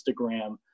Instagram